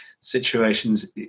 situations